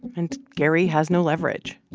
and gary has no leverage.